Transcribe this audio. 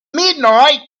midnight